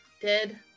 dead